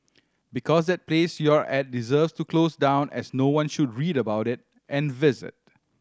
because that place you're at deserve to close down as no one should read about it and visit